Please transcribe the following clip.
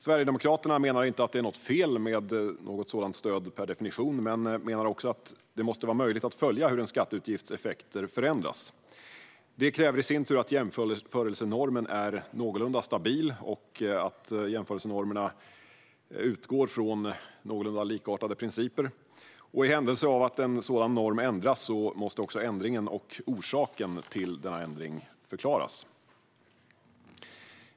Sverigedemokraterna menar inte att det per definition är något fel med ett sådant stöd men menar att det också måste vara möjligt att följa hur en skatteutgifts effekter förändras. Det kräver i sin tur att jämförelsenormen är någorlunda stabil och att jämförelsenormerna utgår från någorlunda likartade principer. I händelse av att en sådan norm ändras måste också ändringen och orsaken till ändringen förklaras.